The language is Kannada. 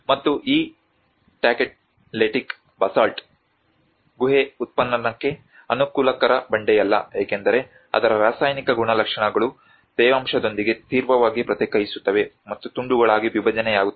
ಮತ್ತು ಈ ಟ್ಯಾಚೆಲೆಟಿಕ್ ಬಸಾಲ್ಟ್ ಗುಹೆ ಉತ್ಖನನಕ್ಕೆ ಅನುಕೂಲಕರ ಬಂಡೆಯಲ್ಲ ಏಕೆಂದರೆ ಅದರ ರಾಸಾಯನಿಕ ಗುಣಲಕ್ಷಣಗಳು ತೇವಾಂಶದೊಂದಿಗೆ ತೀವ್ರವಾಗಿ ಪ್ರತಿಕ್ರಿಯಿಸುತ್ತವೆ ಮತ್ತು ತುಂಡುಗಳಾಗಿ ವಿಭಜನೆಯಾಗುತ್ತವೆ